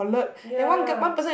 ya